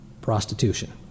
prostitution